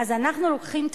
אנחנו עכשיו מאמצים חקיקה,